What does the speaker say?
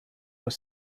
were